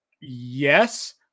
Yes